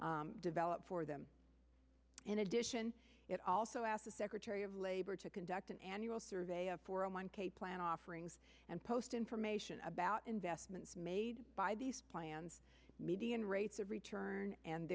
developed for them in addition it also asked the secretary of labor to conduct an annual survey of four zero one k plan offerings and post information about investments made by these plans median rates of return and